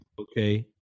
okay